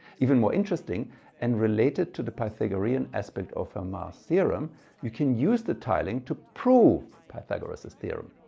even more interesting and related to the pythagorean aspect of fermat's theorem you can use the tiling to prove pythagoras's theorem.